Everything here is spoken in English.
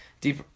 deep